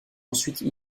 ensuite